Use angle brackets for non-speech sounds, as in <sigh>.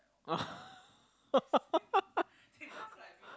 oh <laughs>